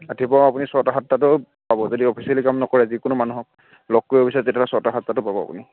ৰাতিপুৱা আপুনি ছয়টা সাতটাটো পাব যদি অফিচিয়েলি কাম নকৰে যিকোনো মানুহক লগ কৰিব বিচাৰে তেতিয়া ছয়টা সাতটাটো পাব আপুনি